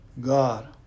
God